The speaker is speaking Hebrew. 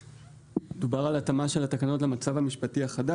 דובר על התאמה של התקנות למצב המשפטי החדש,